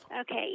Okay